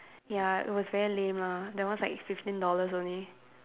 ya it was very lame lah that one's like fifteen dollars only